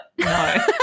no